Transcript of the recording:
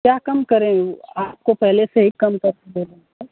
क्या कम करें आपको पहले से ही कम करके दे रहे हैं सर